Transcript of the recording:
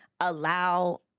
allow